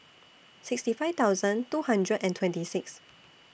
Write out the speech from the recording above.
sixty five thousand two hundred and twenty six